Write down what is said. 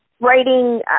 writing